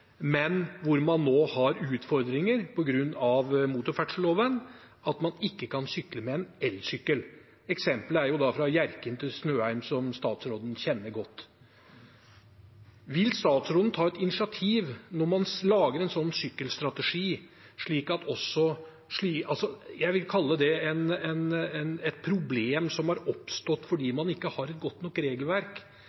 men hvor man nå har utfordringer på grunn av motorferdselloven og ikke kan sykle med elsykkel. Et eksempel er fra Hjerkinn til Snøheim, som statsråden kjenner godt. Vil statsråden, når man lager en slik sykkelstrategi, ta et initiativ overfor statsråd Rotevatn og få en orden på det jeg vil kalle et problem som har oppstått fordi